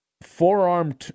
forearm